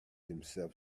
himself